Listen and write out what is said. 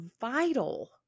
vital